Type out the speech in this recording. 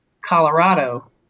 colorado